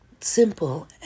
simple